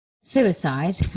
suicide